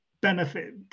benefit